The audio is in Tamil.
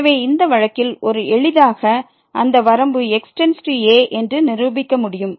எனவே இந்த வழக்கில் ஒரு எளிதாக அந்த வரம்பு x→a என்று நிரூபிக்க முடியும்